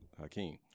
Hakeem